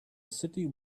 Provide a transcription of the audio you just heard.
city